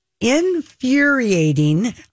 infuriating